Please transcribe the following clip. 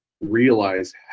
realize